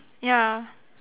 ya